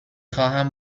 خواهم